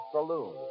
Saloon